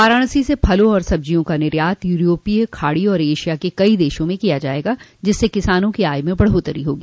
वाराणसी से फलों और सब्जियों का निर्यात यूरोपीय खाड़ी और एशिया के कई देशों में किया जायेगा जिससे किसानों की आय में बढ़ोत्तरी होगी